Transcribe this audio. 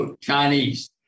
Chinese